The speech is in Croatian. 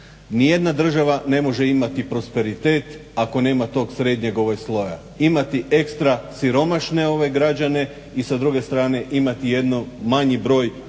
Nijedna država ne može imati prosperitet ako nema tog srednjeg sloja. Imati ekstra siromašene građane i sa druge strane imati manji broj